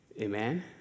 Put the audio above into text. Amen